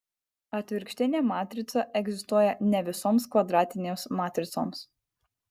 atvirkštinė matrica egzistuoja ne visoms kvadratinėms matricoms